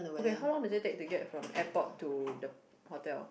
okay how long does it take to get from airport to the hotel